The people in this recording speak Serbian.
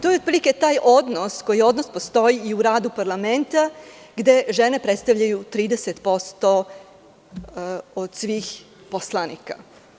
To je otprilike taj odnos koji postoji i u radu parlamenta gde žene predstavljaju 30% od svih poslanika.